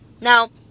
now